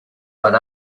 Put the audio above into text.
one